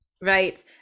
Right